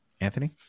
Anthony